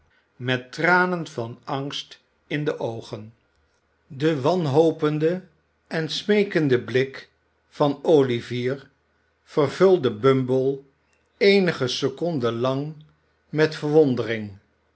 met tranen van angst in de oogen de wanhopende en smeekende blik van olivier vervulde bumble eenige seconden lang met verwondering